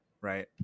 right